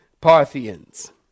Parthians